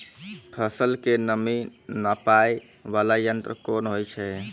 फसल के नमी नापैय वाला यंत्र कोन होय छै